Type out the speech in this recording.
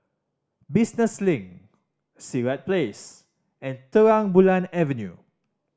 Business Link Sirat Place and Terang Bulan Avenue